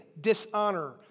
dishonor